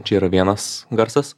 čia yra vienas garsas